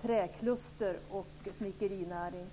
träkluster och snickerinäring.